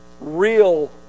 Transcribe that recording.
real